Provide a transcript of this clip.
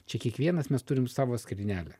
čia kiekvienas mes turim savo skrynelę